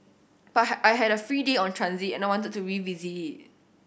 but I had a free day on transit and wanted to revisit it